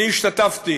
אני השתתפתי